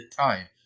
time